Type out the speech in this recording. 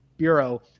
Bureau